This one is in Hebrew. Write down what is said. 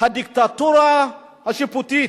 הדיקטטורה השיפוטית".